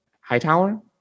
Hightower